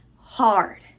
hard